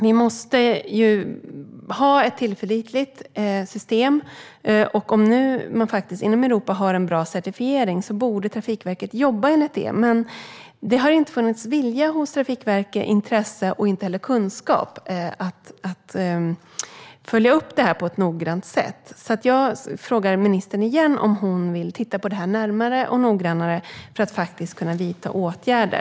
Vi måste ju ha ett tillförlitligt system, och om man nu inom Europa har en bra certifiering borde Trafikverket jobba enligt detta. Men det har varken funnits vilja, intresse eller kunskap hos Trafikverket att följa upp det här på ett noggrant sätt. Jag frågar därför ministern en gång till om hon vill titta närmare och noggrannare på det här för att faktiskt kunna vidta åtgärder.